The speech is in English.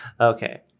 Okay